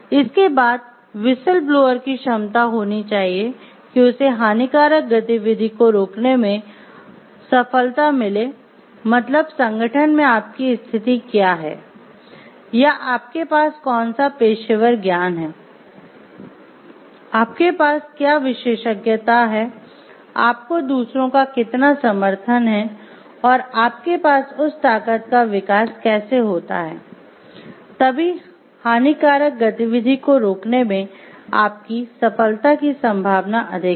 इसके बाद whistle blower की क्षमता होनी चाहिए कि उसे हानिकारक गतिविधि को रोकने में सफलता मिले मतलब संगठन में आपकी स्थिति क्या है या आपके पास कौन सा पेशेवर ज्ञान है आपके पास क्या विशेषज्ञता है आपको दूसरों का कितना समर्थन है और आपके पास उस ताकत का विकास कैसे होता है तभी हानिकारक गतिविधि को रोकने में आपकी सफलता की संभावना अधिक है